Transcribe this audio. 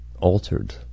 altered